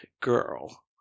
girl